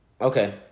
Okay